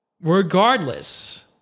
Regardless